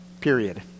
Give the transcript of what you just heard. Period